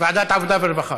ועדת העבודה, הרווחה